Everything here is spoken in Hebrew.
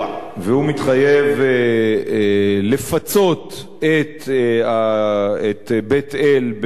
והוא מתחייב לפצות את בית-אל בבנייה,